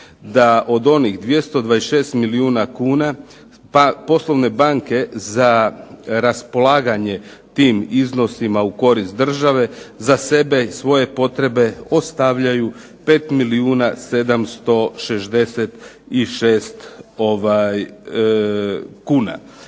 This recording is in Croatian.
da od onih 226 milijuna kuna poslovne banke za raspolaganje tim iznosima u korist države za sebe i svoje potrebe ostavljaju 5 milijuna 766 tisuća